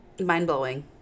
Mind-blowing